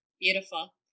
Beautiful